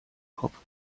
kopf